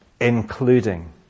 including